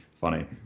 funny